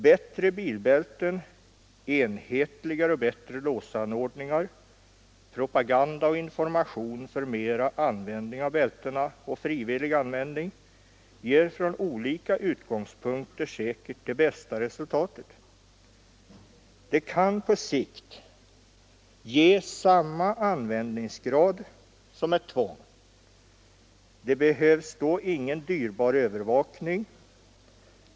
Bättre bilbälten, enhetligare och bättre låsanordningar, propaganda och information för mera användning av bältena och frivillig användning ger från olika utgångspunkter säkerligen det bästa resultatet. Det kan på sikt ge samma användningsgrad som ett tvång. Det behövs då ingen dyrbar övervakning.